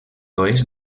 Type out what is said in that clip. oest